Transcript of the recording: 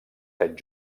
set